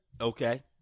Okay